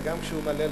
וגם כשהוא מלא,